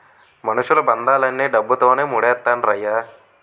మనుషులు బంధాలన్నీ డబ్బుతోనే మూడేత్తండ్రయ్య